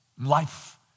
Life